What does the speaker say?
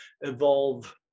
evolve